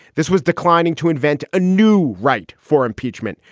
this was declining to invent a new right for impeachment.